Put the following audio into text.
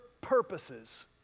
purposes